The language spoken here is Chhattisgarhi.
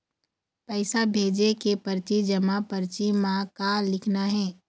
पैसा भेजे के परची जमा परची म का लिखना हे?